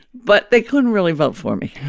but they couldn't really vote for me